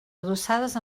adossades